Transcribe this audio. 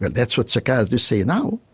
that's what psychiatrists say now.